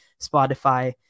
Spotify